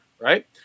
right